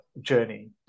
journey